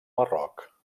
marroc